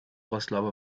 rostlaube